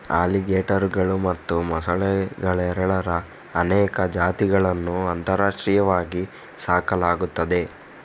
ಅಲಿಗೇಟರುಗಳು ಮತ್ತು ಮೊಸಳೆಗಳೆರಡರ ಅನೇಕ ಜಾತಿಗಳನ್ನು ಅಂತಾರಾಷ್ಟ್ರೀಯವಾಗಿ ಸಾಕಲಾಗುತ್ತದೆ